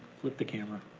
flip the camera.